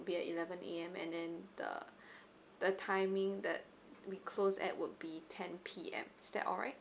be at eleven A_M and then the the timing that we close at would be ten P_M is that alright